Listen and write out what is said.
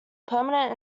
permanent